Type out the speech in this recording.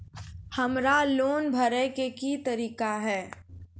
हमरा लोन भरे के की तरीका है?